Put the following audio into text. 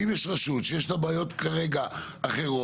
ואם יש רשות שיש לה בעיות כרגע אחרות,